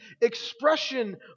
expression